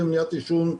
להתנהגות שנהייתה OUT,